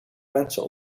mensen